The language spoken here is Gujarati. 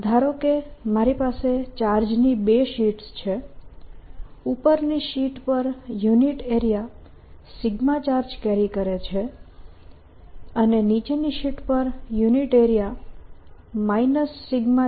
ધારો કે મારી પાસે ચાર્જની બે શીટસ છે ઉપરની શીટ પર યુનિટ એરિયા ચાર્જ કેરી કરે છે અને નીચેની શીટ પર યુનિટ એરિયા ચાર્જ કેરી કરે છે